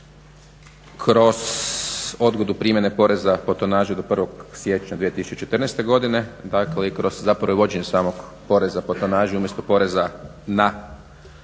kroz odgodu primjene poreza po tonaži do 1. siječnja 2014. godine. Dakle, i kroz zapravo vođenje samog poreza po tonaži umjesto poreza na